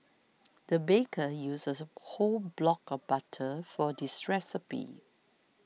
the baker used a whole block of butter for this recipe